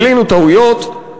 גילינו טעויות,